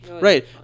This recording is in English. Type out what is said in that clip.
Right